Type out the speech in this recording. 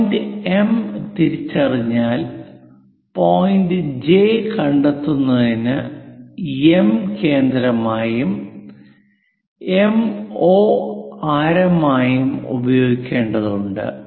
point M തിരിച്ചറിഞ്ഞാൽ point J കണ്ടെത്തുന്നതിന് M കേന്ദ്രമായും എംഒ ആരമായും ഉപയോഗിക്കേണ്ടതുണ്ട്